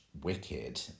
Wicked